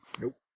Nope